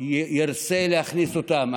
ירצה להכניס אותם.